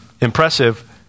impressive